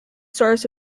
source